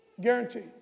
Guaranteed